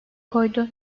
koydu